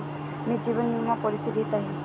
मी जीवन विमा पॉलिसी घेत आहे